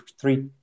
three